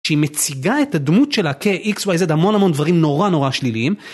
שהיא מציגה את הדמות שלה כ-XYZ המון המון דברים נורא נורא שליליים.